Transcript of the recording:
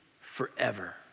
forever